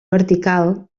vertical